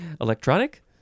electronic